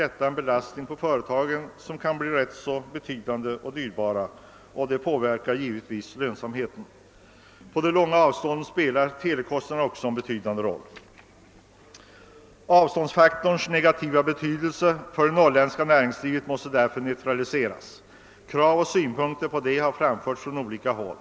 Detta blir en belastning för företagen som kan bli ganska så betydande, vilket givetvis påverkar lönsamheten. Med de långa avstånden inom området spelar telekostnaderna också en betydande roll. Avståndsfaktorns negativa betydelse för det norrländska näringslivet måste därför neutraliseras. Krav och synpunkter på detta har framförts från olika håll.